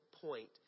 point